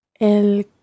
El